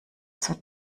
zur